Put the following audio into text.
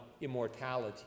immortality